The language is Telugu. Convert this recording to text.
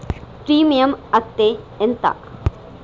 ప్రీమియం అత్తే ఎంత?